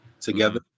together